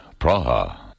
Praha